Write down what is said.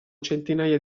centinaia